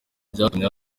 byatumye